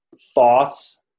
thoughts